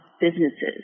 businesses